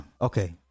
Okay